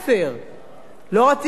לא רציתי שום דבר אחר.